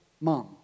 mom